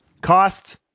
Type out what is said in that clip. Cost